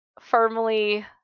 firmly